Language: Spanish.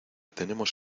tenemos